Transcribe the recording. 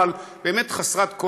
אבל חסרת כל,